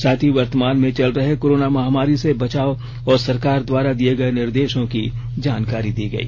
साथ ही वर्तमान में चल रहे कोरोना माहमारी से बचाव और सरकार द्वारा दिये गए निर्देशों की जानकारी दी गई